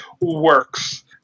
works